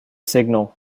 signal